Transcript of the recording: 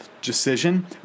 Decision